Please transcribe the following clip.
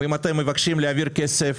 ואם אתם מבקשים להעביר כסף,